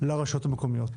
לרשויות המקומיות.